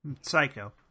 Psycho